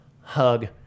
hug